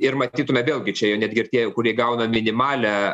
ir matytume vėlgi čia jau netgi ir tie jau kurie gauna minimalią